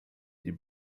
die